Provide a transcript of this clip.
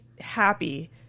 happy